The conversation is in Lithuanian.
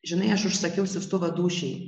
žinai aš užsakiau siųstuvą dūšiai